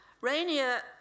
Rainier